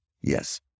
Yes